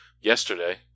yesterday